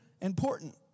important